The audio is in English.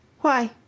Why